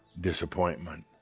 disappointment